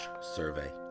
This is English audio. survey